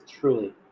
truly